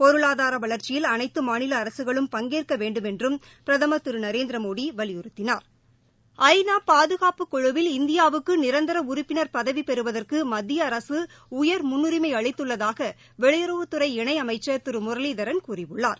பொருளாதார வளர்ச்சியில் அனைத்து மாநில அரசுகளும் பங்கேற்க வேண்டும் என்றும் பிரதமர் திரு நரேந்திர மோடி வலியுறுத்தினார் மு ஐநா பாதுகாப்பு குழுவில் இந்தியாவுக்கு நிரந்தர உறுப்பினர் பதவி பெறுவதற்கு மத்திய அரசு உயர் முன்னுரிமை அளித்துள்ளதாக வெளியுறவுத்துறை இணை அமைச்சர் திரு முரளிதரன் கூறியுள்ளார்